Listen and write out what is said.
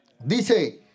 dice